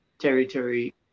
territory